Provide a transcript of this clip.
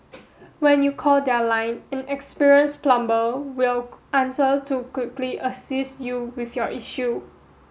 when you call their line an experienced plumber will answer to quickly assist you with your issue